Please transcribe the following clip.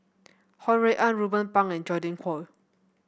Ho Rui An Ruben Pang and Godwin Koay